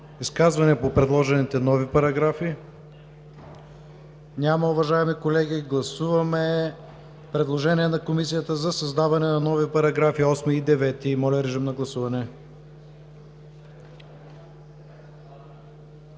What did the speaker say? Изказвания по предложените нови параграфи? Няма. Уважаеми колеги, гласуваме предложение на Комисията за създаване на нови параграфи 8 и 9. Гласували